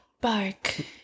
bark